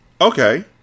okay